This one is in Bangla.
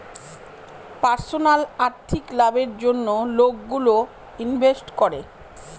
পার্সোনাল আর্থিক লাভের জন্য লোকগুলো ইনভেস্ট করে